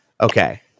Okay